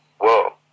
whoa